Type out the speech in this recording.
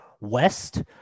west